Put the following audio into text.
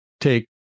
take